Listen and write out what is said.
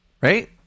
right